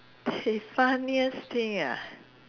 the funniest thing ah